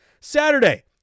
Saturday